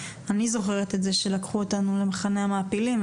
אני זוכרת את זה שלקחו אותנו למחנה המעפילים,